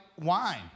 wine